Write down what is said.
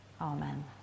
Amen